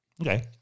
Okay